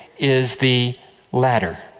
is the latter.